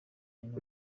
nyina